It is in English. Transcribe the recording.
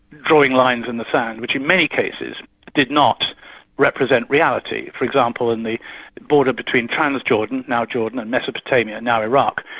drawing lines in the sand, which in many cases did not represent reality. for example, in the border between kind of trans-jordan, now jordan and mesopotamia, now iraq,